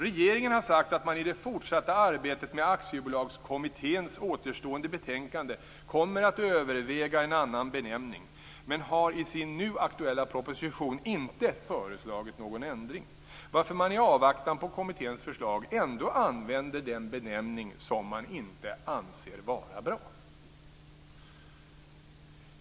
Regeringen har sagt att man i det fortsatta arbetet med Aktiebolagskommitténs återstående betänkande kommer att överväga en annan benämning, men har i sin nu aktuella proposition inte föreslagit någon ändring, varför man i avvaktan på kommitténs förslag ändå använder den benämning som man inte anser vara bra.